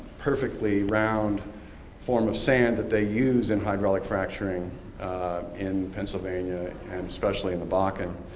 perfectly round form of sand that they use in hydraulic fracturing in pennsylvania and especially in the bakken.